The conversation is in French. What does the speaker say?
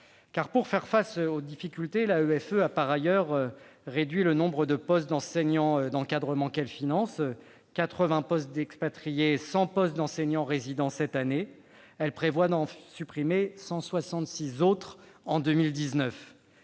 Pour faire face aux difficultés, en effet, l'AEFE a réduit le nombre de postes d'enseignants et d'encadrement qu'elle finance : elle a supprimé 80 postes d'expatriés et 100 postes d'enseignants résidents cette année ; elle prévoit d'en supprimer 166 autres en 2019.